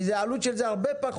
כי העלות של זה היא הרבה פחות.